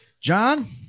John